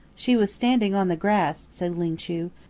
she was standing on the grass, said ling chu,